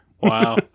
Wow